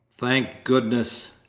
thank goodness!